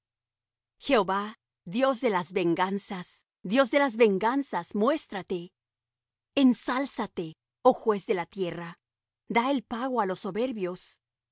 jehova dios de las venganzas dios de las venganzas muéstrate ensálzate oh juez de la tierra da el pago á los soberbios